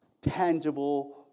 tangible